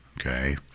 Okay